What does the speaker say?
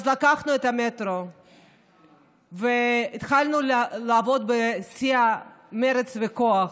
אז לקחנו את המטרו והתחלנו לעבוד בשיא המרץ והכוח,